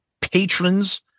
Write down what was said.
patrons